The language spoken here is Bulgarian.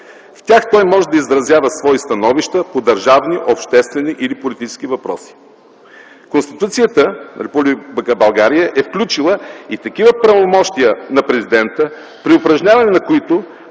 В тях той може да изразява свои становища по държавни, обществени или политически въпроси. Конституцията на Република България е включила и такива правомощия на президента, при упражняването на които